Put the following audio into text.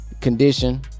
condition